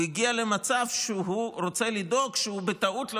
הוא הגיע למצב שהוא רוצה לדאוג שבטעות הוא